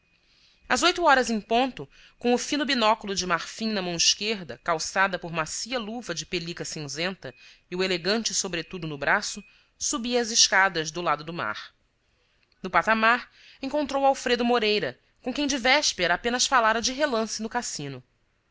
às oito horas em ponto com o fino binóculo de marfim na mão esquerda calçada por macia luva de pelica cinzenta e o elegante sobretudo no braço subia as escadas do lado do mar no patamar encontrou alfredo moreira com quem de véspera apenas falara de relance no cassino